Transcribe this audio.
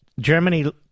Germany